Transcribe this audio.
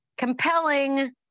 compelling